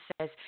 says